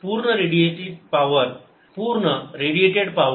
Sq24A21620c3ωt r2 Average power1T0TSdtq24A23220c3 r2 पूर्ण radiated power